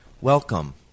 Welcome